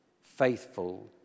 faithful